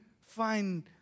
find